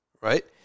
right